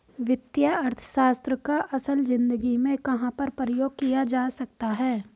वित्तीय अर्थशास्त्र का असल ज़िंदगी में कहाँ पर प्रयोग किया जा सकता है?